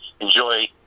enjoy